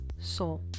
Soul